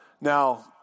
Now